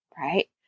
right